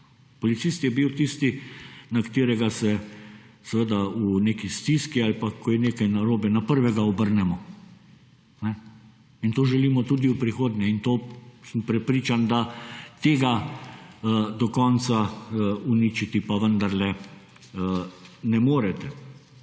Policist je bil tisti, na katerega se seveda v neki stiski, ali pa ko je nekaj narobe, na prvega obrnemo. In to želimo tudi v prihodnje. In to sem prepričan, da tega do konca uničiti pa vendarle ne morete.